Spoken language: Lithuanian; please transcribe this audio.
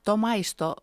to maisto